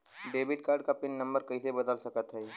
Debit card क pin number कइसे बदल सकत हई?